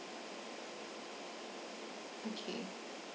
okay